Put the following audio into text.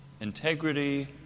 Integrity